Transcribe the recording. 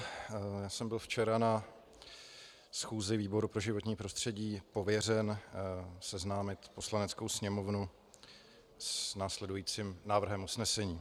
Já jsem byl včera na schůzi výboru pro životní prostředí pověřen seznámit Poslaneckou sněmovnu s následujícím návrhem usnesení.